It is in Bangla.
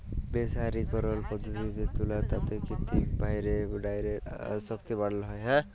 মের্সারিকরল পদ্ধতিল্লে তুলার তাঁতে কিত্তিম ভাঁয়রে ডাইয়ের আসক্তি বাড়ালো হ্যয়